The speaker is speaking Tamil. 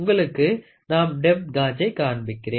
உங்களுக்கு நான் டெப்த் காஜை காண்பிக்கிறேன்